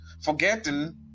forgetting